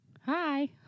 Hi